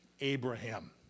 Abraham